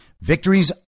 Victories